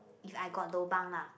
if I got lobang lah